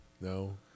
No